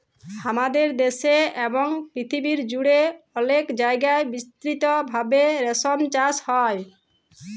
হামাদের দ্যাশে এবং পরথিবী জুড়ে অলেক জায়গায় বিস্তৃত ভাবে রেশম চাস হ্যয়